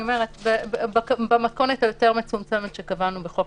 אני מדברת על המתכונת היותר מצומצמת שקבענו בחוק